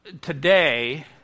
today